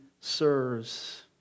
serves